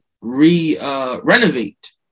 re-renovate